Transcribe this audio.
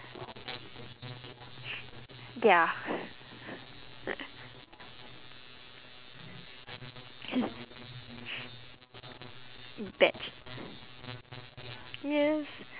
ya batch yes